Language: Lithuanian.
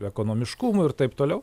ekonomiškumu ir taip toliau